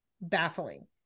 baffling